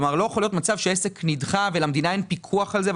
לא יכול להיות מצב שעסק נדחה ולמדינה אין פיקוח על זה.